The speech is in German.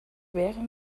wäre